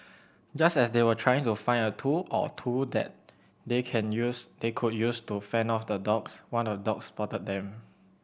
just as they were trying to find a tool or two that they can use they could use to fend off the dogs one of the dogs spotted them